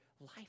life